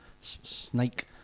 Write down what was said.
snake